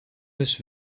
his